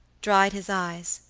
dried his eyes,